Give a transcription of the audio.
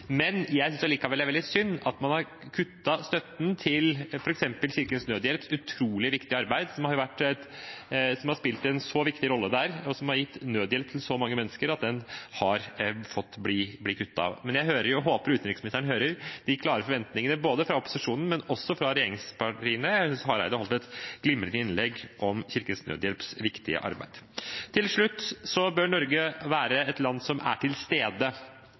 Men jeg synes det er veldig synd at man har kuttet støtten til f.eks. Kirkens Nødhjelps utrolig viktige arbeid, som har spilt en så viktig rolle der, og som har gitt nødhjelp til så mange mennesker. Men jeg håper utenriksministeren hører de klare forventningene både fra opposisjonen og fra regjeringspartiene. Jeg synes Hareide holdt et glimrende innlegg om Kirkens Nødhjelps viktige arbeid. Norge bør være et land som er